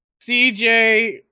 CJ